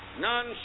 none